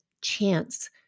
chance